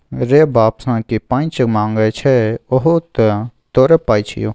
रे बाप सँ की पैंच मांगय छै उहो तँ तोरो पाय छियौ